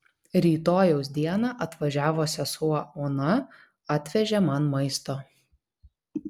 rytojaus dieną atvažiavo sesuo ona atvežė man maisto